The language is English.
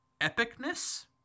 epicness